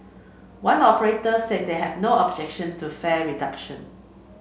one operator said they have no objection to fare reduction